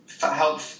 Help